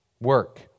work